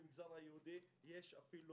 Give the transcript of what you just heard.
שבמגזר היהודי יש אפילו